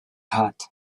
hat